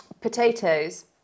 potatoes